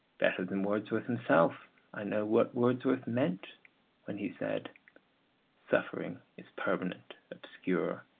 better than wordsworth himself i know what wordsworth meant when he said suffering is permanent, obscure,